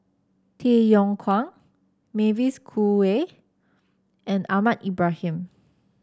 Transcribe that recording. Tay Yong Kwang Mavis Khoo Oei and Ahmad Ibrahim